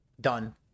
Done